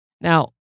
Now